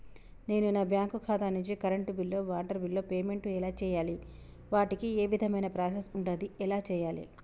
నేను నా బ్యాంకు ఖాతా నుంచి కరెంట్ బిల్లో వాటర్ బిల్లో పేమెంట్ ఎలా చేయాలి? వాటికి ఏ విధమైన ప్రాసెస్ ఉంటది? ఎలా చేయాలే?